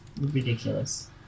Ridiculous